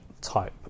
type